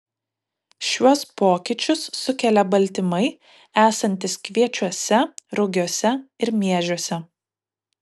šiuos pokyčius sukelia baltymai esantys kviečiuose rugiuose ir miežiuose